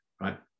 right